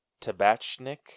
tabachnik